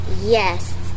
Yes